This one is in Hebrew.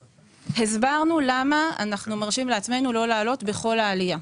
הסברנו למה אנחנו מרשים לעצמנו לא להעלות את כל העלייה.